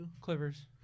Clippers